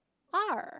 R